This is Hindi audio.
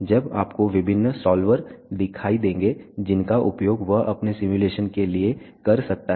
अब आपको विभिन्न सॉल्वर दिखाई देंगे जिनका उपयोग वह अपने सिमुलेशन के लिए कर सकता है